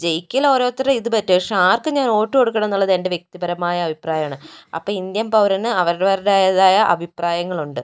ജയിക്കൽ ഓരോർത്തരുടെ ഇത് പറ്റും പക്ഷെ ആർക്ക് ഞാൻ വോട്ട് കൊടുക്കണം എന്ന് ഉള്ളത് എൻ്റെ വ്യക്തിപരമായ അഭിപ്രായം ആണ് അപ്പം ഇന്ത്യൻ പൗരന് അവരരവുടേതായ അഭിപ്രായങ്ങൾ ഉണ്ട്